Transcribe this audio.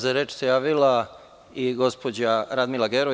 Za reč se javila i gospođa Radmila Gerov.